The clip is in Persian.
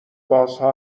بازها